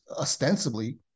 ostensibly